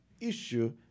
issue